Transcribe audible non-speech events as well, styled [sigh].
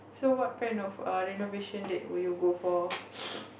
so what kind of renovation that would you go for [noise]